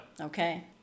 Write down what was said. Okay